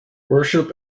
worship